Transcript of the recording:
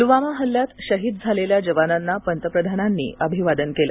पुलवामा हल्ल्यात शहीद झालेल्या जवानांना पंतप्रधानांनी अभिवादन केलं